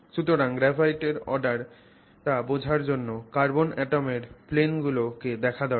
সুতরাং গ্রাফাইটের অর্ডার টা বোঝার জন্য কার্বন অ্যাটমের প্লেনগুলো কে দেখা দরকার